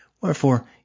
Wherefore